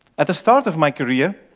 at the start of my career,